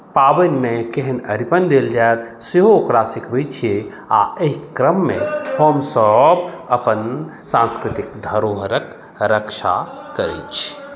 पाबनिमे केहन अरिपन देल जाय सेहो ओकरा सिखबैत छियै आ एहि क्रममे हमसभ अपन सांस्कृतिक धरोहरक रक्षा करैत छी